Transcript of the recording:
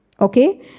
Okay